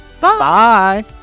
Bye